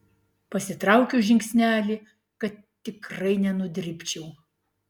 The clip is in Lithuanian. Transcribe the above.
pasitraukiu žingsnelį kad tikrai nenudribčiau